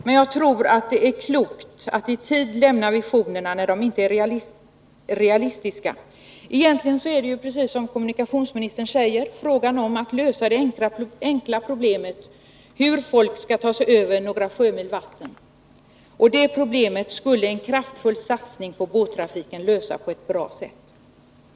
Men jag tror att det är klokt att i tid lämna visionerna, när dessa inte är realistiska. Egentligen är det, precis som kommunikationsministern säger, fråga om att lösa det enkla problemet hur folk skall ta sig över några sjömil vatten. Det problemet skulle genom en kraftfull satsning på båttrafiken lösas på ett tillfredsställande sätt.